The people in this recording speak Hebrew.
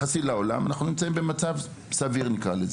ביחס לעולם אנחנו במצב די סביר.